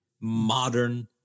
modern